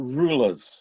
rulers